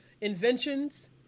inventions